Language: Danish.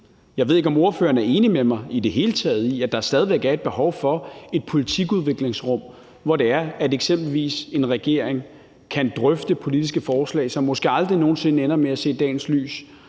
Jeg ved ikke, om ordføreren i det hele taget er enig med mig i, at der stadig væk er et behov for et politikudviklingsrum, hvor det eksempelvis er sådan, at en regering kan drøfte politiske forslag, som måske aldrig nogen sinde ender med at se dagens lys,